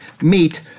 meet